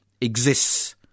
exists